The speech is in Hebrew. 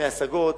מהשגות,